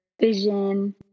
vision